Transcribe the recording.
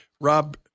Rob